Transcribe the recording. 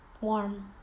Warm